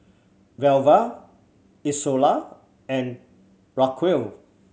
Velva Izola and Raquel